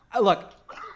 Look